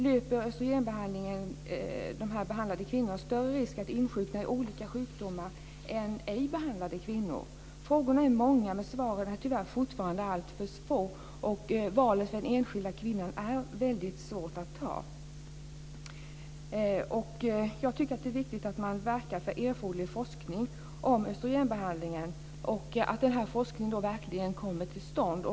Löper de östrogenbehandlade kvinnorna större risk att insjukna i olika sjukdomar än ej behandlade kvinnor? Frågorna är många, men svaren är tyvärr fortfarande alltför få. Valet för den enskilda kvinnan är väldigt svårt att göra. Jag tycker att det är viktigt att man verkar för erforderlig forskning om östrogenbehandling och att denna forskning verkligen kommer till stånd.